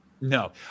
No